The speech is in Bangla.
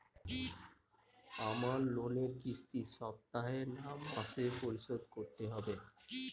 আমার লোনের কিস্তি সপ্তাহে না মাসে পরিশোধ করতে হবে?